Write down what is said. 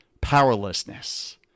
powerlessness